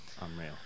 unreal